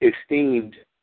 esteemed